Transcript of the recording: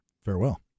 Farewell